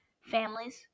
families